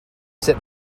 sit